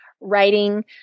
writing